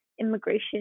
immigration